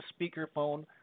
speakerphone